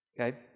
Okay